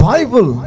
Bible